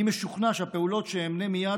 אני משוכנע שהפעולות שאמנה מייד,